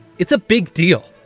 it's a big deal.